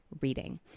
reading